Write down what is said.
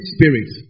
Spirit